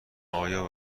آیا